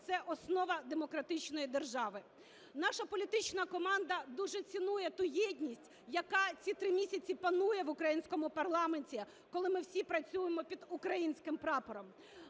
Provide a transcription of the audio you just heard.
це основа демократичної держави. Наша політична команда дуже цінує ту єдність, яка ці три місяці панує в українському парламенті, коли ми всі працюємо під українським прапором.